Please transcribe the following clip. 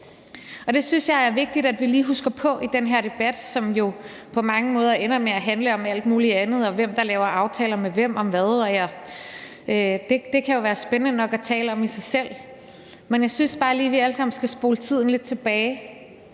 Det synes jeg er vigtigt at vi lige husker på i den her debat, som jo på mange måder ender med at handle om alt muligt andet – om hvem der laver aftaler med hvem om hvad. Det kan jo være spændende nok at tale om i sig selv, men jeg synes bare lige, at vi alle sammen skal spole tiden lidt tilbage.